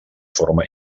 forma